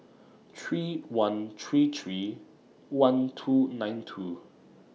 three one three three one two nine two